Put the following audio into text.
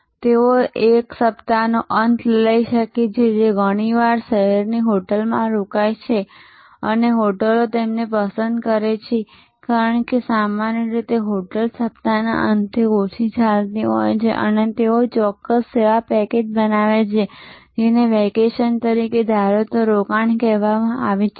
તેથી તેઓ એક સપ્તાહનો અંત લઈ શકે છે જે ઘણીવાર શહેરની હોટેલમાં રોકાય છે અને હોટેલો તેમને પસંદ કરે છે કારણ કે સામાન્ય રીતે હોટલ સપ્તાહના અંતે ઓછી ચાલતી હોય છે અને તેઓ એક ચોક્કસ સેવા પેકેજ બનાવે છે જેને વેકેશન તરીકે ધારો તો રોકાણ કહેવામાં આવે છે